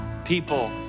people